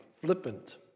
flippant